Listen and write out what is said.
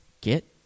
get